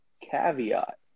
Caveat